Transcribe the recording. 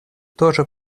тоже